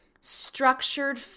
structured